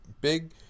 big